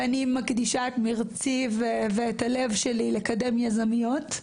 ואני מקדישה את מרצי ואת הלב שלי לקדם יזמיות,